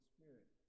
Spirit